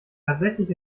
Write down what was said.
tatsächlich